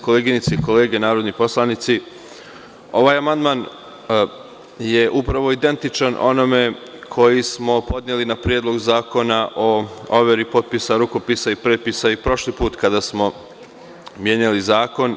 Koleginice i kolege narodni poslanici, ovaj amandman je upravo identičan onome koji smo podneli na Predlog zakona o overi potpisa, rukopisa i prepisa i prošli put kada smo menjali zakon.